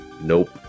Nope